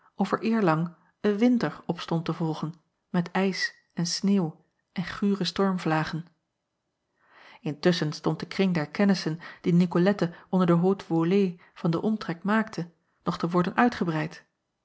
of er eerlang een winter op stond te volgen met ijs en sneeuw en gure stormvlagen ntusschen stond de kring der kennissen die icolette acob van ennep laasje evenster delen onder de haute volée van den omtrek maakte nog te worden uitgebreid